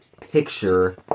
picture